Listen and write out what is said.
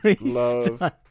Love